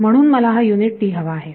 म्हणून मला हा युनिट t हवा आहे